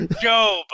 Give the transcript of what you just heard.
Job